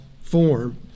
form